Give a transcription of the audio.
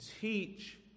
teach